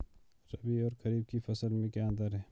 रबी और खरीफ की फसल में क्या अंतर है?